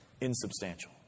insubstantial